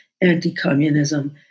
anti-communism